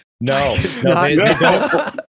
No